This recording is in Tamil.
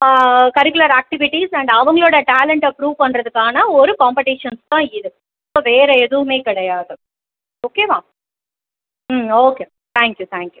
கரிக்குலர் ஆக்டிவிட்டீஸ் அண்ட் அவங்களோடய டேலண்ட்டை ப்ரூவ் பண்ணுறதுக்கான ஒரு காம்பட்டீஷன்ஸ் தான் இது ஸோ வேறு எதுவுமே கிடையாது ஓகேவா ம் okay thank you thank you